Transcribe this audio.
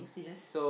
yes